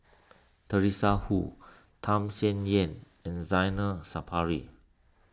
Teresa Hsu Tham Sien Yen and Zainal Sapari